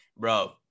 Bro